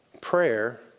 prayer